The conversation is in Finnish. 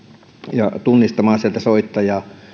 ja tunnistamaan sieltä soittajaa